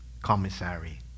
commissary